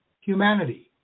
humanity